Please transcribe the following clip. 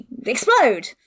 explode